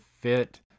fit